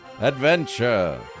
adventure